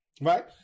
right